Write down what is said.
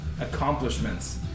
accomplishments